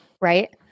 Right